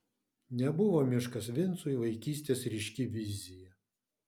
nebuvo miškas vincui vaikystės ryški vizija